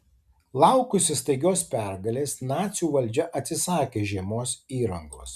laukusi staigios pergalės nacių valdžia atsisakė žiemos įrangos